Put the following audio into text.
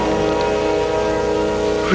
or